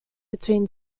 between